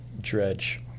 dredge